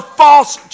false